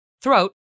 throat